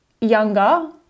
younger